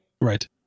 right